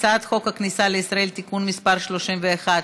הצעת חוק הכניסה לישראל (תיקון מס' 31),